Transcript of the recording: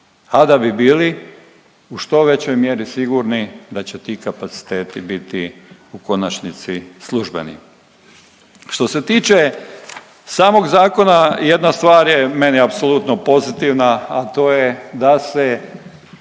a da bi bili u što većoj mjeri sigurni da će ti kapaciteti biti u konačnici službeni. Što se tiče samog zakona, jedna stvar je meni apsolutno pozitivna, a to je da se